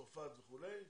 צרפת וכולי,